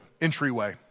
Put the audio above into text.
entryway